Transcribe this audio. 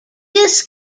this